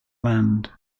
land